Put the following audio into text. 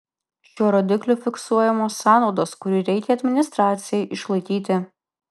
šiuo rodikliu fiksuojamos sąnaudos kurių reikia administracijai išlaikyti